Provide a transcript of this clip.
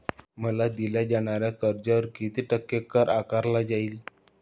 मला दिल्या जाणाऱ्या कर्जावर किती टक्के कर आकारला जाईल?